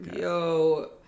Yo